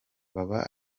baba